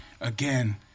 Again